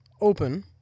open